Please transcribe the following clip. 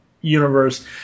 universe